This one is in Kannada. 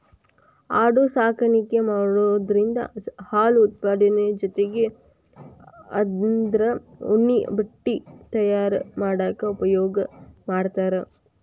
ಆಡು ಸಾಕಾಣಿಕೆ ಮಾಡೋದ್ರಿಂದ ಹಾಲು ಉತ್ಪಾದನೆ ಜೊತಿಗೆ ಅದ್ರ ಉಣ್ಣೆ ಬಟ್ಟೆ ತಯಾರ್ ಮಾಡಾಕ ಉಪಯೋಗ ಮಾಡ್ತಾರ